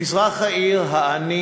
מזרח העיר העני